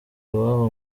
iwabo